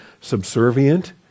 subservient